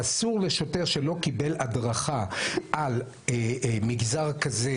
ואסור לשוטר שלא קיבל הדרכה על מגזר כזה